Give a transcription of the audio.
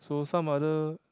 so some other